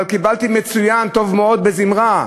אבל קיבלתי מצוין, טוב מאוד, בזמרה.